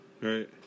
right